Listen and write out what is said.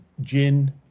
gin